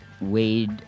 Wade